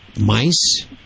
mice